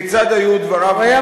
כיצד היו דבריו נאמרים.